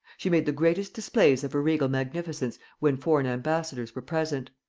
she made the greatest displays of her regal magnificence when foreign ambassadors were present.